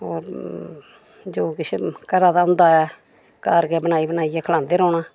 होर जो किश घरा दा होंदा ऐ घर गै बनाई बनाइयै खलांदे रौह्ना